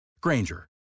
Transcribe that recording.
Granger